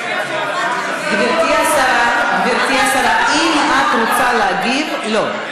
גברתי השרה, אם את רוצה להגיב, לא.